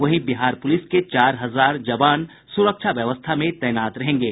वहीं बिहार पुलिस के चार हजार जवान सुरक्षा व्यवस्था में तैनात रहेंगे